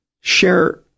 share